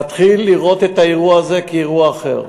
להתחיל לראות את האירוע הזה כאירוע אחר.